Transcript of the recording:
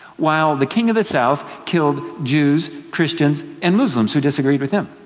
while the king of the south killed jews, christians, and muslims who disagreed with him.